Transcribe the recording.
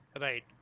Right